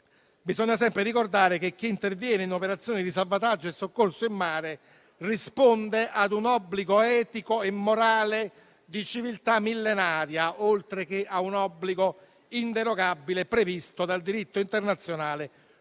bisogna sempre ricordare che chi interviene in operazioni di salvataggio e soccorso in mare risponde a un obbligo etico e morale di civiltà millenaria, oltre che a un obbligo inderogabile previsto dal diritto internazionale